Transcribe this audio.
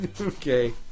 Okay